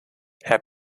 herr